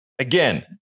Again